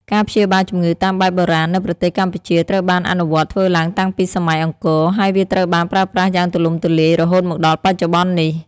ការព្យាបាលជំងឺតាមបែបបុរាណនៅប្រទេសកម្ពុជាត្រូវបានអនុវត្តធ្វើឡើងតាំងពីសម័យអង្គរ ហើយវាត្រូវបានប្រើប្រាស់យ៉ាងទូលំទូលាយរហូតមកដល់បច្ចុប្បន្ននេះ។